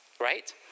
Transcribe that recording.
Right